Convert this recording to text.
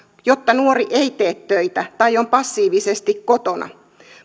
jotta nuori ei tee töitä tai on passiivisesti kotona